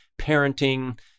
parenting